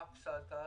מה הפסדת?